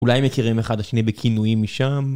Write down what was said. אולי הם מכירים אחד את השני בכינויים משם?